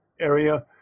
area